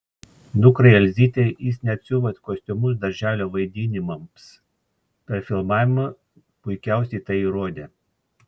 dukrai elzytei jis net siuva kostiumus darželio vaidinimams per filmavimą puikiausiai tai įrodė